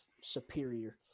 superior